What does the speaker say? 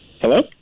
Hello